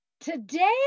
Today